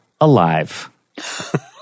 Alive